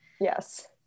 Yes